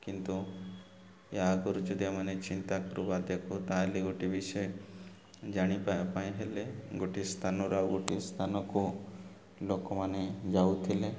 କିନ୍ତୁ ଏହା ଆଗରୁ ଯଦି ଆମେ ଚିନ୍ତା କରିବା ଦେଖୁ ତା'ହେଲେ ଗୋଟେ ବିଷୟ ଜାଣିିବା ପାଇଁ ହେଲେ ଗୋଟେ ସ୍ଥାନରୁ ଆଉ ଗୋଟିଏ ସ୍ଥାନକୁ ଲୋକମାନେ ଯାଉଥିଲେ